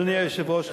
אדוני היושב-ראש,